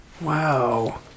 Wow